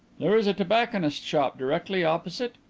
there is a tobacconist's shop directly opposite?